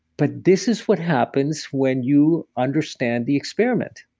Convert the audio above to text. but this is what happens when you understand the experiment.